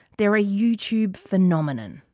they're a youtube phenomenon.